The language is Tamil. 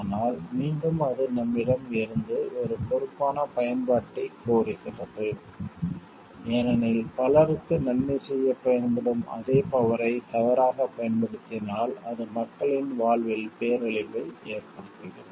ஆனால் மீண்டும் அது நம்மிடம் இருந்து ஒரு பொறுப்பான பயன்பாட்டைக் கோருகிறது ஏனெனில் பலருக்கு நன்மை செய்யப் பயன்படும் அதே பவரை தவறாகப் பயன்படுத்தினால் அது மக்களின் வாழ்வில் பேரழிவை ஏற்படுத்துகிறது